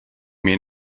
mean